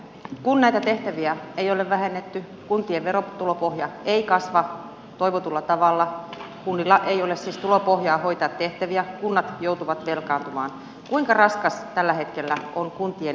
kun näitä tehtäviä ei ole vähennetty kuntien verotulopohja ei kasva toivotulla tavalla kunnilla ei ole siis tulopohjaa hoitaa tehtäviä kunnat joutuvat velkaantumaan niin kuinka raskas tällä hetkellä on kuntien velkaantumisen taakka